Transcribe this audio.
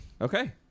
Okay